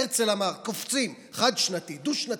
"הרצל אמר" קופצים, חד-שנתי, דו-שנתי.